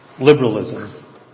liberalism